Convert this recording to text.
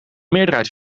meerderheid